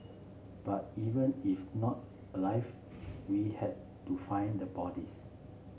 but even if not alive we had to find the bodies